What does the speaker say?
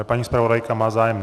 Paní zpravodajka má zájem?